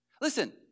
Listen